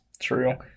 True